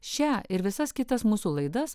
šią ir visas kitas mūsų laidas